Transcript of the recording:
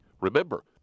Remember